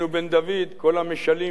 כל המשלים ידמו לנמשלים.